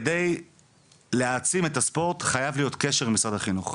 כדי להעצים את הספורט חייב להיות קשר עם משרד החינוך.